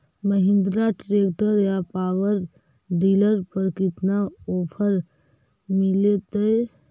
Mahindra tractor या power dealer पर कितना ओफर मीलेतय?